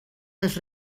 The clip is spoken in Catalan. les